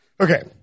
okay